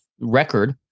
record